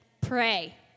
pray